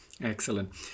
excellent